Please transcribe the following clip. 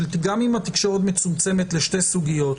גם אם התקשורת מצומצמת לשתי סוגיות,